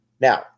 now